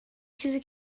چیزی